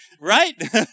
right